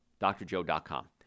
DrJoe.com